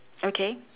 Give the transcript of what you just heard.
okay